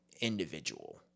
individual